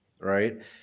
right